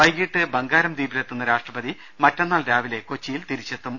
വൈകീട്ട് ബംഗാരം ദ്വീപിലെ ത്തുന്ന രാഷ്ട്രപതി മറ്റന്നാൾ രാവിലെ കൊച്ചിയിൽ തിരിച്ചെത്തും